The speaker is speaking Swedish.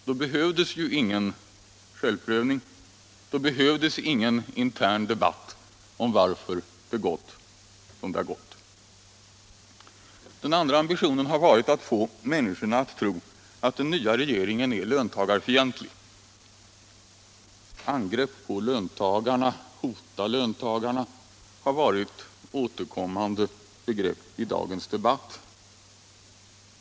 Då behövdes ju ingen självprövning, då behövdes ingen intern debatt om varför det gått som det gått. Den andra ambitionen har varit att få människorna att tro att den nya regeringen är löntagarfientlig. ”Angrepp på löntagarna”, ”hota löntagarna” har varit återkommande begrepp i dagens debatt.